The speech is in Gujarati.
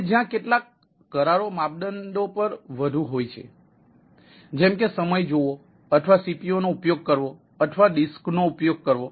અને જ્યાં કેટલાક કરારો માપદંડો પર વધુ હોય છે જેમ કે સમય જોવો અથવા CPU નો ઉપયોગ કરવો અથવા ડિસ્કનો ઉપયોગ કરવો